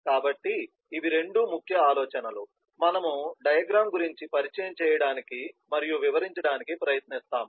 కాబట్టి ఇవి రెండు ముఖ్య ఆలోచనలు మనము డయాగ్రమ్ గురించి పరిచయం చేయడానికి మరియు వివరించడానికి ప్రయత్నిస్తాము